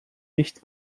nicht